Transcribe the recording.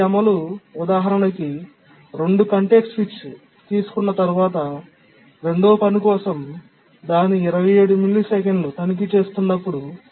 ప్రతి అమలు ఉదాహరణకి 2 కాంటెక్స్ట్ స్విచ్ తీసుకున్న తర్వాత రెండవ పని కోసం దాని 27 మిల్లీసెకన్లు తనిఖీ చేస్తున్నప్పుడు